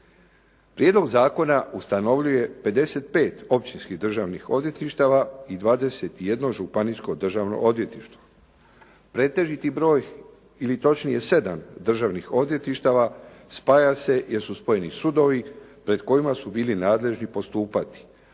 Prijedlog zakona ustanovljuje 55 općinskih državnih odvjetništava i 21 županijsko državno odvjetništvo. Pretežiti broj ili točnije 7 državnih odvjetništava spaja se jer su spojeni sudovi pred kojima su bili nadležni postupati.